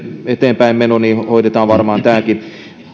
eteenpäinmeno joten hoidetaan varmaan tämäkin